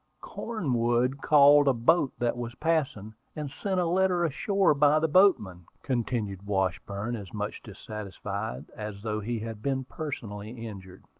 cornwood called a boat that was passing, and sent a letter ashore by the boatman, continued washburn, as much dissatisfied as though he had been personally injured.